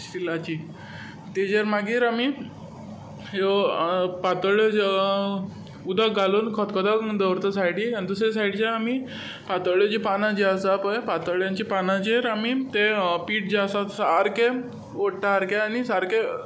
स्टीलाची ताचेर मागीर आमी ह्यो पातोळ्यो ज्यो उदक घालून खतोखतो म्हणून दवरता दुसरे सायडीन आनी दुसरे सायडीच्यान आमी पातोळ्यांचीं पानां जीं आसा पळय पातोळ्यांच्या पानांचेर पीठ जें आसा सारकें ओडटा आनी सारकें